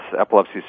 epilepsy